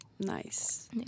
nice